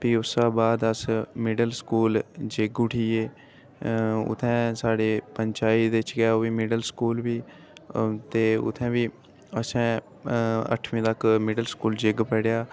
ते उस दे बाद अस मिडिल स्कूल उठी गे उत्थै साढ़े पंचायत बिच मिडल स्कूल बी ते उत्थै बी असें अठमीं तक मिडल स्कूल पढ़ेआ